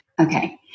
Okay